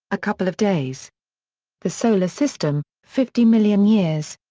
a couple of days the solar system, fifty million years.